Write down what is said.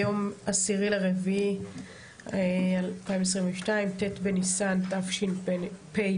היום 10 באפריל 2022, ט' בניסן התשע"ב.